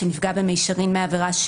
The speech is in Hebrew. שנפגע במישרין מעבירה,